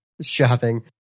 Shopping